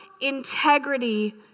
integrity